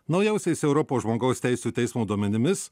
naujausiais europos žmogaus teisių teismo duomenimis